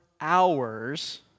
hours